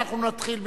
אנחנו נתחיל,